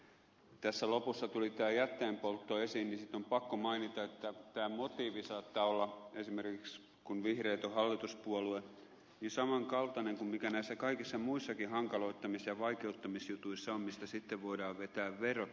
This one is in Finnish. kun tässä lopussa tuli tämä jätteenpoltto esiin niin siitä on pakko mainita että tämä motiivi saattaa olla esimerkiksi kun vihreät on hallituspuolue saman kaltainen kuin mikä näissä kaikissa muissakin hankaloittamis ja vaikeuttamisjutuissa on mistä sitten voidaan vetää verot välistä